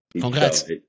Congrats